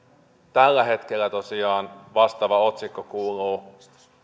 tällä hetkellä tosiaan vastaava otsikko kuuluu